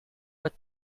but